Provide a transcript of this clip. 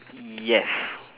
yes